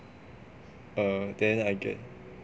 uh then I get